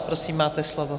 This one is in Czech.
Prosím, máte slovo.